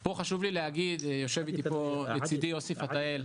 פה חשוב לי להגיד, יושב איתי פה לצידי יוסי פתאל.